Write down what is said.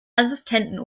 assistenten